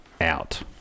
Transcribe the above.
out